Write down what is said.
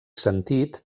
sentit